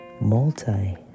multi